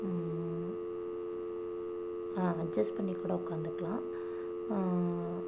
ஆ adjust பண்ணிக்கூட உட்காந்துக்கலாம்